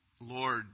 Lord